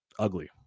Ugly